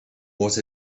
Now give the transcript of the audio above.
was